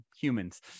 humans